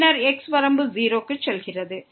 பின்னர் x வரம்பு 0 க்கு செல்கிறது